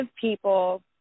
people